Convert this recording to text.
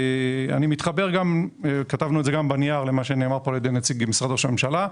אני מתחבר גם אל מה שנאמר כאן על ידי נציג משרד ראש הממשלה,